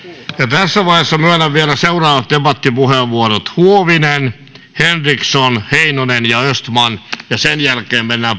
tässä vaiheessa myönnän vielä seuraavat debattipuheenvuorot huovinen henriksson heinonen ja östman ja sen jälkeen mennään